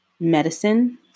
medicine